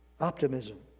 Optimism